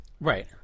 Right